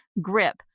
grip